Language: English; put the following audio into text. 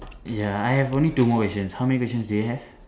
ya I have only two more questions how many questions do you have